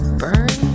burn